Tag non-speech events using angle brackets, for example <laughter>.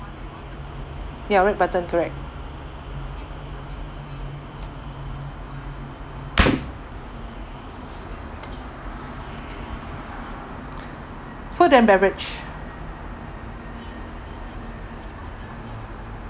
ya red button correct <breath> food and beverage